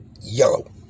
yellow